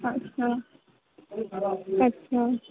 अच्छा अच्छा